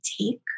take